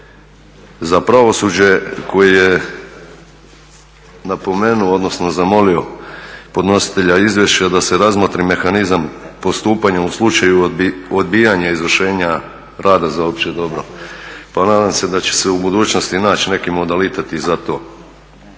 za pravosuđe koje je napomenulo, odnosno zamolilo podnositelja izvješća da se razmotri mehanizam postupanja u slučaju odbijanja izvršenja rada za opće dobro pa nadam se da će se u budućnosti naći neki modalitet i za to.